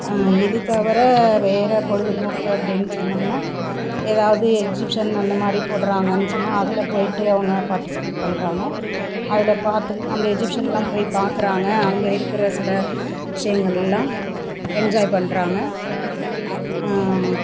இது தவிர வேறு பொழுதுபோக்கு அப்டின்னு சொன்னோம்ன்னா ஏதாவது எக்சிபிஷன் அந்தமாதிரி போடுறாங்கன்னு சொன்னால் அதில் போயிட்டு அவங்க பார்ட்டிசிபேட் பண்ணுறாங்க அதில் பார்த்து அந்த எக்சிபிஷனெலாம் போய் பார்க்குறாங்க அங்கே இருக்கிற சில விஷயங்களெலாம் என்ஜாய் பண்ணுறாங்க